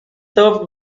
served